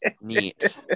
neat